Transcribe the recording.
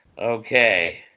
Okay